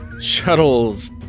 shuttles